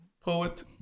poet